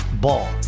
Ball